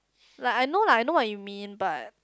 like I know lah I know what you mean but